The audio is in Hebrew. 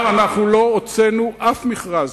אנחנו לא הוצאנו אף מכרז.